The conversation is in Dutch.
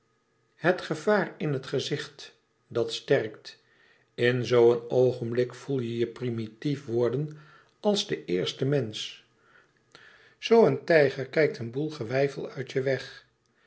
het gevaar in het gezicht dat sterkt in zoo een oogenblik voel je je primitief worden als de eerste mensch zoo een tijger kijkt een boel geweifel uit je weg